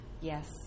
Yes